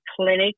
clinic